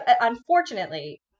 unfortunately